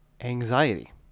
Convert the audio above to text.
anxiety